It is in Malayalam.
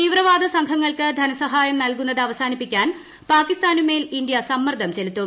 തീവ്രവാദ സംഘങ്ങൾക്ക് ധനസഹായം നൽകുന്നത് അവസാനിപ്പിക്കാൻ പാകിസ്ഥാനുമേൽ ഇന്ത്യ സമ്മർദ്ദം ചെലുത്തും